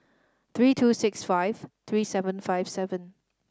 three two six five three seven five seven